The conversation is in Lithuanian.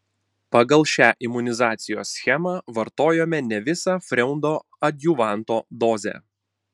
pagal šią imunizacijos schemą vartojome ne visą freundo adjuvanto dozę